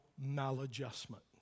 maladjustment